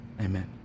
Amen